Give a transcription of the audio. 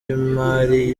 y’imari